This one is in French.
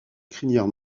crinière